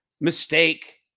mistake